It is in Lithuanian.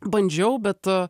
bandžiau bet